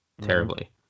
terribly